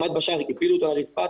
עמד בשער והפילו אותו על הרצפה.